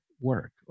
work